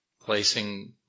placing